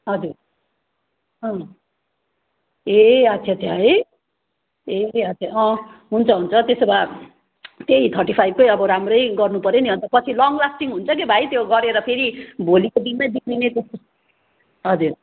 हजुर अँ ए अच्छा अच्छा है ए अच्छा अँ हुन्छ हुन्छ त्यसो भए त्यही थर्टी फाइभकै अब राम्रै गर्नुपर्यो नि अब पछि लङ लास्टिङ हुन्छ के भाइ त्यो गरेर फेरि भोलिको दिनमै बिग्रिने जस्तो हजुर